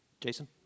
Jason